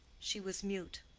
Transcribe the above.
she was mute.